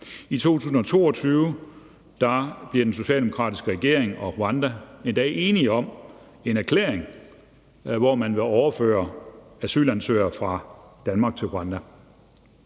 I 2022 bliver den socialdemokratiske regering og Rwanda endda enige om en erklæring, hvor man vil overføre asylansøgere fra Danmark til Rwanda.